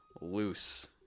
loose